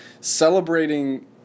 celebrating